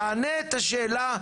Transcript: תענה את השאלה,